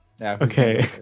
Okay